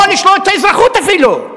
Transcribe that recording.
או לשלול את האזרחות אפילו.